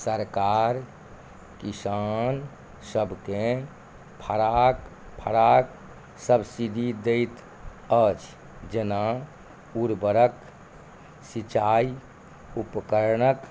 सरकार किसानसभके फराक फराक सब्सिडी दैत अछि जेना उर्वरक सिंचाइ उपकरणक